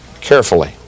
carefully